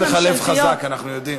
יש לך לב חזק, אנחנו יודעים.